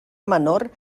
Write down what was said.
menor